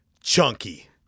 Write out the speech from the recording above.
Chunky